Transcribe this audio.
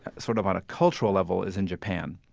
sort of on a cultural level, is in japan.